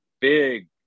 big